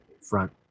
front